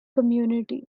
community